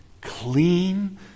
clean